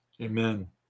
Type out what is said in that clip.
Amen